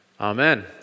amen